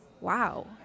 Wow